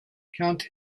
count